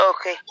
Okay